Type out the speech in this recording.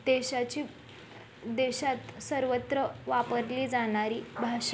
देशाची देशात सर्वत्र वापरली जाणारी भाषा